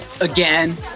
again